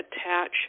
attach